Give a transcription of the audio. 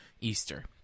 Easter